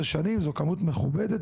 12 שנים זה כמות מכבדת,